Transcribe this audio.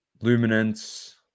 Luminance